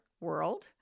world